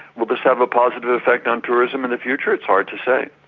will this have a positive effect on tourism in the future? it's hard to say.